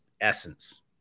essence